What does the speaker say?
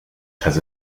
has